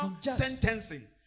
sentencing